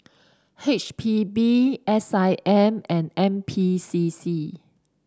H P B S I M and N P C C